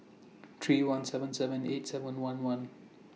three one seven seven eight seven one one